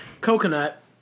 coconut